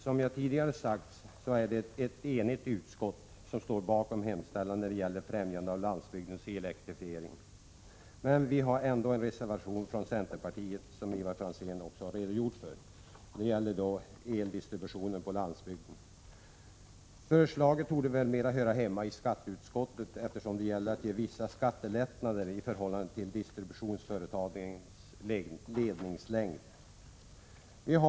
Som jag tidigare sade är det ett enigt utskott som står bakom hemställan när det gäller främjande av landsbygdens elektrifiering. Vi har — Prot. 1986/87:113 ändock en reservation från centerpartiet som Ivar Franzén också har 29 april 1987 redogjort för. Den gäller eldistribution till landsbygden. Förslaget torde höra mera hemma i skatteutskottet eftersom det gäller att ge vissa skattelättnader i förhållande till distributionsföretagens ledningslängd.